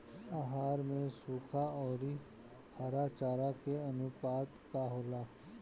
आहार में सुखा औरी हरा चारा के आनुपात का होला?